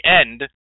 end